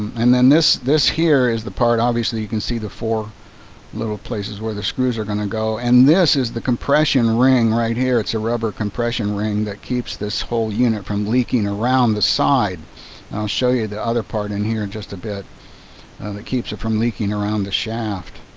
and this this is the part obviously you can see the four little places where the screws are going to go. and this is the compression ring right here. it's a rubber compression ring that keeps this whole unit from leaking around the side. i'll show you the other part in here just a bit that keeps it from leaking around the shaft.